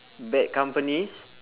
bad companies